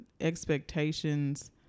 expectations